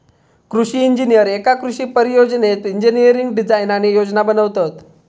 कृषि इंजिनीयर एका कृषि परियोजनेत इंजिनियरिंग डिझाईन आणि योजना बनवतत